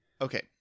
okay